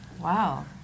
Wow